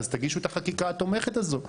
אז תגישו את החקיקה התומכת הזו.